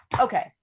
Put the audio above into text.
Okay